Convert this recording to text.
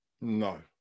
no